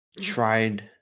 tried